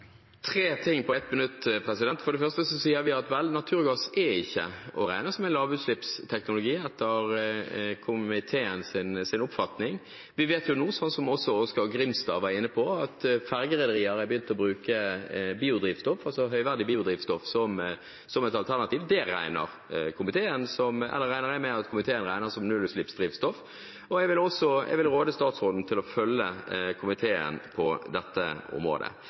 regne som en lavutslippsteknologi, etter komiteens oppfatning. Vi vet jo nå, som også Oskar Grimstad var inne på, at fergerederier har begynt å bruke høyverdig biodrivstoff som et alternativ. Det regner jeg med at komiteen regner som nullutslippsdrivstoff. Jeg vil råde statsråden til å følge komiteen på dette området.